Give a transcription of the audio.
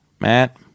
Matt